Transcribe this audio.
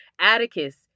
Atticus